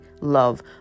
love